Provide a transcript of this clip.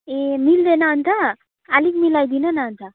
ए मिल्दैन अन्त आलिक मिलाइदिनु न अन्त